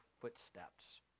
footsteps